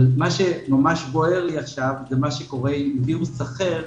אבל ממש בוער לי עכשיו זה מה שקורה עם וירוס אחר,